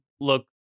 look